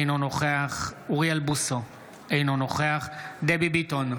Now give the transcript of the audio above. אינו נוכח אוריאל בוסו, אינו נוכח דבי ביטון,